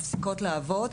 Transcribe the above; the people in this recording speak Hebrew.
מפסיקות לעבוד,